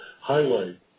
highlight